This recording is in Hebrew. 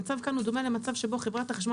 המצב כאן הוא דומה למצב שבו חברת החשמל